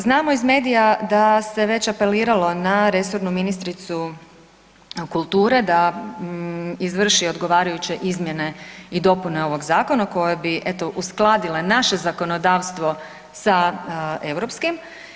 Znamo iz medija da se već apeliralo na resornu ministricu kulture da izvrši odgovarajuće izmjene i dopune ovog zakona koje bi eto uskladile naše zakonodavstvo sa europskim.